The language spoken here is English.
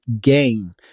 game